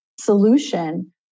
solution